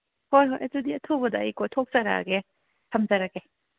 ꯍꯣꯏ ꯍꯣꯏ ꯑꯗꯨꯗꯤ ꯑꯊꯨꯕꯗ ꯑꯩ ꯀꯣꯏꯊꯣꯛꯆꯔꯛꯑꯒꯦ ꯊꯝꯖꯔꯒꯦ